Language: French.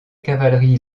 cavalerie